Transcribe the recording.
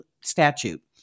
statute